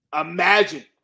Imagine